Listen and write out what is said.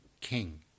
king